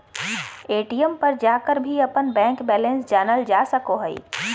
ATM पर जाकर भी अपन बैंक बैलेंस जानल जा सको हइ